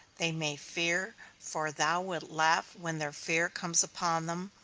they may fear, for thou wilt laugh when their fear comes upon them,